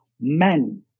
men